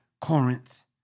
Corinth